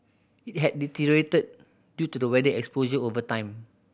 it had deteriorated due to the weather exposure over time